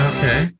Okay